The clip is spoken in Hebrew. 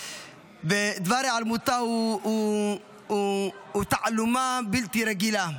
דבר היעלמותה הוא תעלומה בלתי רגילה.